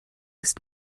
ist